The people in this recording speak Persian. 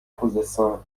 خوزستان